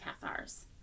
Cathars